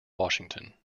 washington